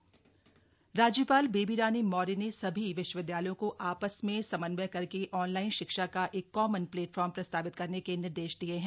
राज्यपाल बैठक राज्यपाल बेबी रानी मौर्य ने सभी विश्वविदयालयों को आपस में समन्वय करके ऑनलाइन शिक्षा का एक कॉमन प्लेटफार्म प्रस्तावित करने के निर्देश दिये हैं